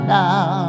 now